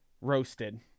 roasted